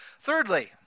Thirdly